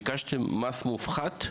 ביקשתם מס מופחת?